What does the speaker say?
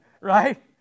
Right